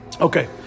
Okay